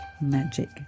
magic